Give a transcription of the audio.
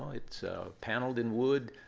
it's paneled in wood,